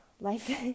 life